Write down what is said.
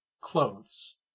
Clothes